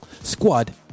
Squad